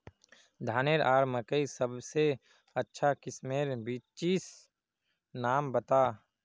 धानेर आर मकई सबसे अच्छा किस्मेर बिच्चिर नाम बता?